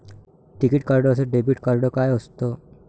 टिकीत कार्ड अस debit card काय असत?